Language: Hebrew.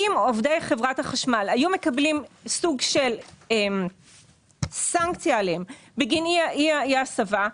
אם עובדי חברת החשמל היו מקבלים סוג של סנקציה עליהם בגין אי הסבה,